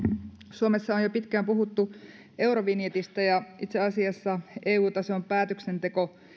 suomessa on jo pitkään puhuttu eurovinjetistä ja itse asiassa eu tason päätöksenteko